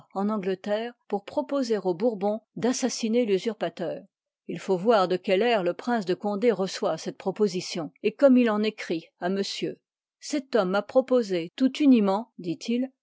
en angleterre pour proposer aux bourbons d'assassiner l'usurpateur il faut voir de quel air le prince de condé reçoit cette proposition et comme il en écrit à monsieur cet i pa t homme m'a proposé tout uniment dit